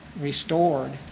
restored